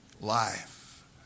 life